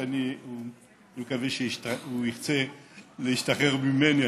שאני מקווה שאם הוא ירצה להשתחרר ממני,